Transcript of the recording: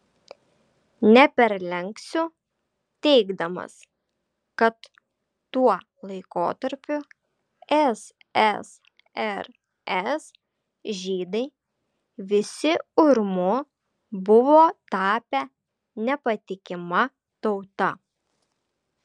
neperlenksiu teigdamas kad tuo laikotarpiu ssrs žydai visi urmu buvo tapę nepatikima tauta